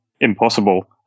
impossible